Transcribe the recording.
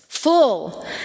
full